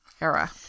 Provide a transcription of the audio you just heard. era